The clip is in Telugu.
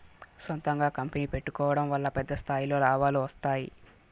సొంతంగా కంపెనీ పెట్టుకోడం వల్ల పెద్ద స్థాయిలో లాభాలు వస్తాయి